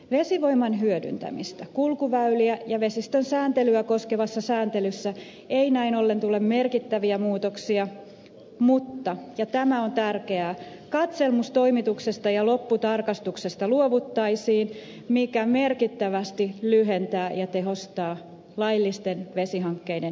vesivoiman hyödyntämistä kulkuväyliä ja vesistöä koskevassa sääntelyssä ei näin ollen tule merkittäviä muutoksia mutta ja tämä on tärkeää katselmustoimituksesta ja lopputarkastuksesta luovuttaisiin mikä merkittävästi nopeuttaa ja tehostaa laillisten vesihankkeiden etenemistä